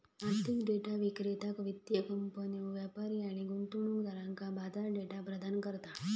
आर्थिक डेटा विक्रेता वित्तीय कंपन्यो, व्यापारी आणि गुंतवणूकदारांका बाजार डेटा प्रदान करता